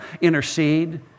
intercede